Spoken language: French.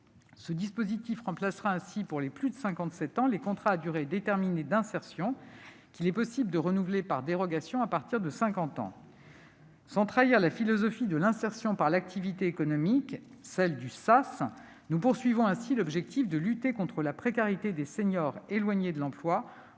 Ce dispositif remplacera ainsi, pour les plus de 57 ans, les CDDI, qu'il est possible de renouveler par dérogation à partir de 50 ans. Sans trahir la philosophie de l'insertion par l'activité économique, celle du « sas », nous poursuivrons ainsi l'objectif de lutter contre la précarité des seniors éloignés de l'emploi, en